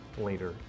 later